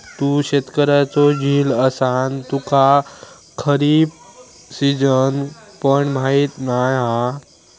तू शेतकऱ्याचो झील असान तुका खरीप सिजन पण माहीत नाय हा